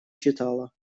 читала